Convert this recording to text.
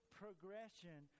progression